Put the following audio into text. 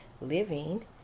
living